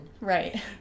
right